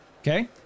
okay